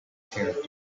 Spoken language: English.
character